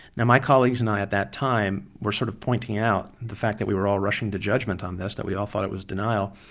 now my colleagues and i at that time were sort of pointing out the fact that we were all rushing to judgment on this that we all thought it was denial.